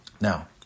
Now